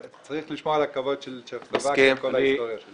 צריך לשמור על הכבוד של צ'כוסלובקיה עם כל ההיסטוריה שלה.